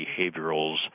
behaviorals